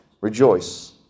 rejoice